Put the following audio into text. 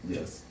Yes